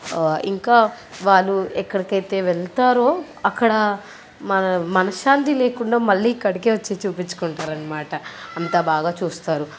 ఇంకా వాళ్ళు ఎక్కడికి అయితే వెళతారో అక్కడ మన మనశ్శాంతి లేకుండా మళ్ళీ ఇక్కడికే వచ్చి చూపించుకుంటారు అన్నమాట అంత బాగా చూస్తారు